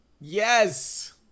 Yes